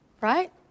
Right